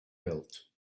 built